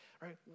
right